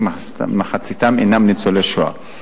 כמחציתם אינם ניצולי שואה.